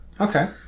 Okay